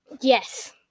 Yes